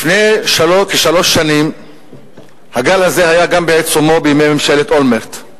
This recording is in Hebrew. לפני כשלוש שנים הגל הזה היה גם בעיצומו בימי ממשלת אולמרט.